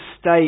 state